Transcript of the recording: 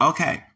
Okay